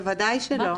בוודאי שלא.